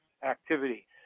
activity